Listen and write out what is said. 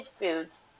foods